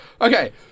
Okay